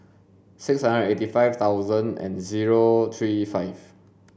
six hundred eighty five thousand and zero three five